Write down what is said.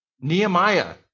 Nehemiah